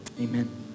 Amen